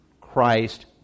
Christ